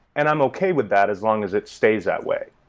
and i'm okay with that as long as it stays that way.